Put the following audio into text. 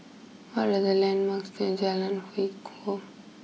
what are the landmarks near Jalan Hwi Koh